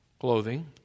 clothing